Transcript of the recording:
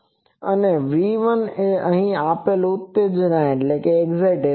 અને V1 અહીં આપેલ ઉત્તેજના છે